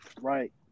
Right